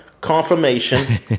confirmation